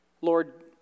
lord